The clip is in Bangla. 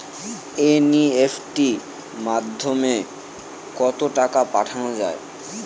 এন.ই.এফ.টি মাধ্যমে কত টাকা পাঠানো যায়?